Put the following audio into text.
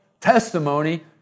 testimony